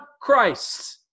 Christ